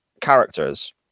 characters